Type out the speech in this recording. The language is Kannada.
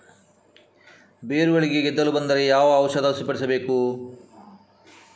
ಬೇರುಗಳಿಗೆ ಗೆದ್ದಲು ಬಂದರೆ ಯಾವ ಔಷಧ ಸಿಂಪಡಿಸಬೇಕು?